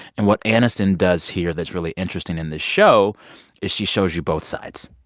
and what aniston does here that's really interesting in the show is she shows you both sides.